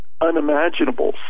unimaginable